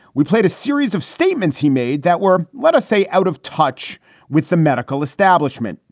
we played a series of statements he made that were, let us say, out of touch with the medical establishment.